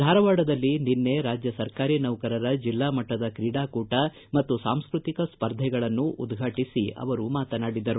ಧಾರವಾಡದಲ್ಲಿ ನಿನ್ನೆ ರಾಜ್ಯ ಸರ್ಕಾರಿ ನೌಕರರ ಜಿಲ್ಲಾಮಟ್ಟದ ಕ್ರೀಡಾಕೂಟ ಮತ್ತು ಸಾಂಸ್ಕತಿಕ ಸ್ಪರ್ಧೆಗಳನ್ನು ಉದ್ಘಾಟಿಸಿ ಅವರು ಮಾತನಾಡಿದರು